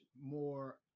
more